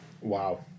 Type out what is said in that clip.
Wow